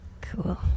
Cool